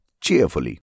cheerfully